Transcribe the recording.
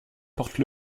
portent